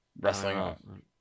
wrestling